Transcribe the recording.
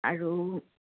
আৰু